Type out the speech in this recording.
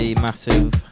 massive